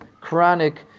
chronic